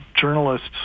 journalists